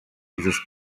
dieses